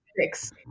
six